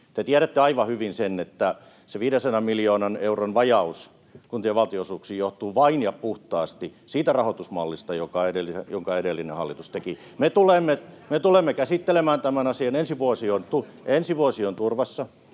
Te tiedätte aivan hyvin sen, että se 500 miljoonan euron vajaus kuntien valtionosuuksiin johtuu vain ja puhtaasti siitä rahoitusmallista, jonka edellinen hallitus teki. Me tulemme käsittelemään tämän asian. Ensi vuosi on turvassa,